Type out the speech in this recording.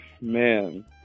man